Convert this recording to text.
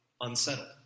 unsettled